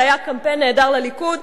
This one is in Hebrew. זה היה קמפיין נהדר לליכוד,